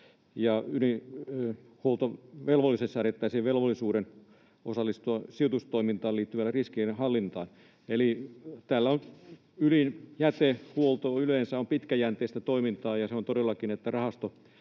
Ydinjätehuoltovelvollisille säädettäisiin velvollisuus osallistua sijoitustoimintaan liittyvään riskienhallintaan. Eli ydinjätehuolto yleensä on pitkäjänteistä toimintaa, ja tarkoitus on todellakin, että rahasto